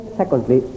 secondly